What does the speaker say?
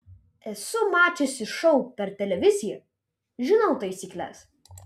esu mačiusi šou per televiziją žinau taisykles